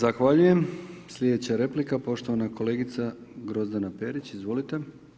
Zahvaljujem slijedeća replika poštovana kolegica Grozdana Perić, izvolite.